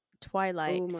twilight